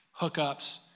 hookups